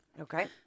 Okay